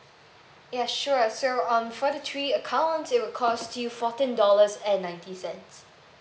ya sure so um for the three accounts it will cost you fourteen dollars and ninety cents